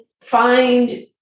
find